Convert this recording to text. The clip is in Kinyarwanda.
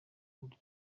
uburyo